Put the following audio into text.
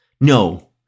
No